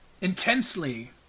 intensely